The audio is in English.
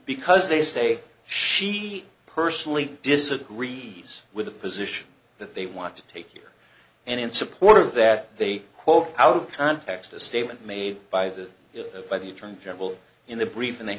because they say she personally disagree he's with a position that they want to take and in support of that they quote out of context a statement made by the by the attorney general in the brief in the